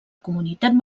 comunitat